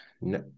No